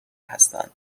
هستن